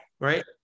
Right